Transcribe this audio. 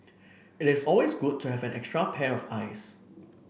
it is always good to have an extra pair of eyes